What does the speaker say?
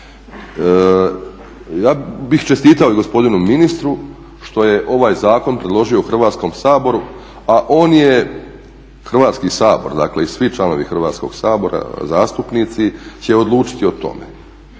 Ja bih čestitao i gospodinu ministru što je ovaj zakon predložio u Hrvatskom saboru, a on je, Hrvatski sabor dakle i svi članovi Hrvatskog sabora zastupnici će odlučiti o tome.